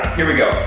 here we go.